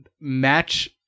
match